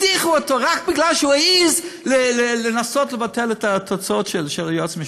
הדיחו אותו רק מפני שהוא העז לנסות לבטל את ההוצאות של הייעוץ המשפטי.